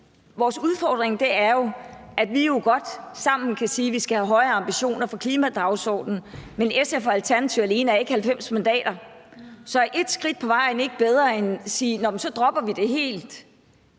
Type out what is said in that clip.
Vores udfordring er jo, at vi godt sammen kan sige, at vi skal have høje ambitioner for klimadagsordenen, men SF og Alternativet alene har jo ikke 90 mandater. Så er et skridt på vejen ikke bedre end at sige, at så dropper man det helt?